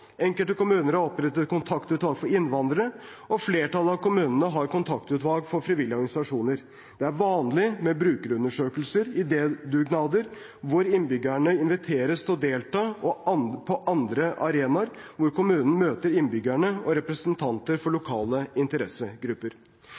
enkelte kommuner har opprettet kontaktutvalg for innvandrere, og flertallet av kommunene har kontaktutvalg for frivillige organisasjoner. Det er vanlig med brukerundersøkelser, idédugnader hvor innbyggerne inviteres til å delta, og andre arenaer hvor kommunen møter innbyggere og representanter for lokale interessegrupper.